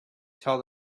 tell